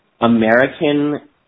American